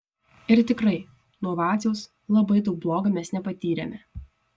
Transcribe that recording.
ir tikrai nuo vaciaus labai daug bloga mes nepatyrėme